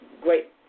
great